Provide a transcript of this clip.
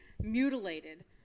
mutilated